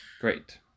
Great